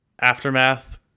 aftermath